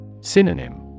Synonym